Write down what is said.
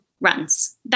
runs